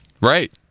Right